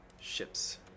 ship's